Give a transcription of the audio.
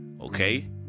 Okay